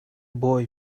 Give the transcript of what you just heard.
boy